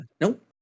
nope